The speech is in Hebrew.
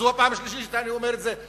וזו הפעם השלישית שאני אומר את זה,